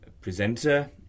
presenter